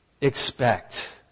expect